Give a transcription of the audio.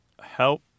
help